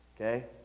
okay